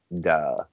Duh